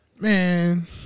Man